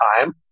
time